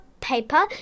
paper